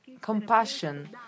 compassion